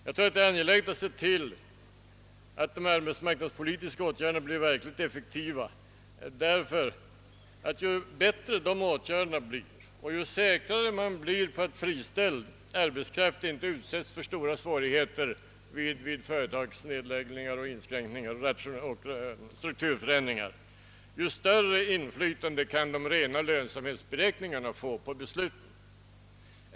Jag tror att det är angeläget att se till att de arbetsmarknadspolitiska åtgärderna blir verkligt effektiva, ty ju effektivare dessa åtgärder blir ju säkrare man blir på att friställd arbetskraft inte utsätts för stora svårigheter vid driftnedläggningar och strukturförändringar, desto större inflytande kan de rena lönsamhetsberäkningarna få på besluten.